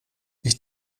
ich